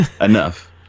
enough